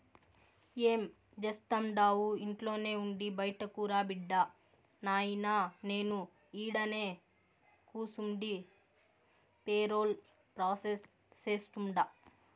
ఏం జేస్తండావు ఇంట్లోనే ఉండి బైటకురా బిడ్డా, నాయినా నేను ఈడనే కూసుండి పేరోల్ ప్రాసెస్ సేస్తుండా